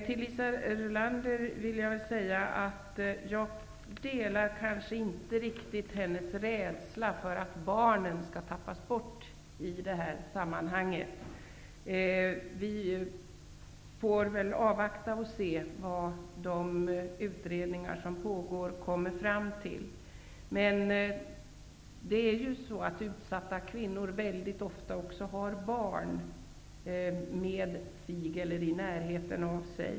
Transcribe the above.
Till Liisa Rulander vill jag säga att jag kanske inte riktigt har samma rädsla som hon för att barnen i det här sammanhanget skall tappas bort. Vi får väl avvakta och se vad man kommer fram till i de utredningar som pågår. Utsatta kvinnor har väldigt ofta barn med sig eller i närheten av sig.